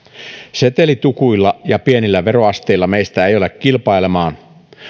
setelitukuilla ja pienillä veroasteilla meistä ei ole kilpailemaan